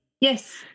Yes